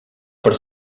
per